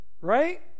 right